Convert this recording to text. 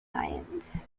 alliance